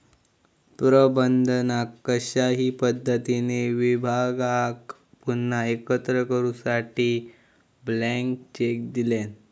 प्रबंधकान कशाही पद्धतीने विभागाक पुन्हा एकत्र करूसाठी ब्लँक चेक दिल्यान